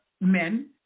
men